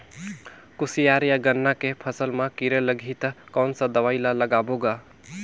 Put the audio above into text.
कोशियार या गन्ना के फसल मा कीरा लगही ता कौन सा दवाई ला लगाबो गा?